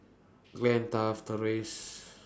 Glynn Taft Therese